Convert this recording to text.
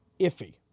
iffy